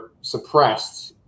suppressed